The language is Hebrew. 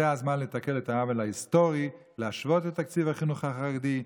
זה הזמן לתקן את העוול ההיסטורי ולהשוות את תקציב החינוך החרדי.